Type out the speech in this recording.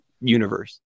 universe